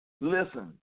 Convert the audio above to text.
Listen